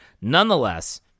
nonetheless